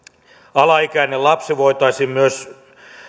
alaikäinen lapsi voitaisiin myös